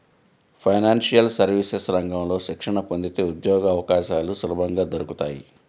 financial services రంగంలో శిక్షణ పొందితే ఉద్యోగవకాశాలు సులభంగా దొరుకుతాయి